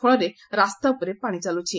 ଫଳରେ ରାସ୍ତା ଉପରେ ପାଶି ଚାଲୁଛି